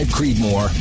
Creedmoor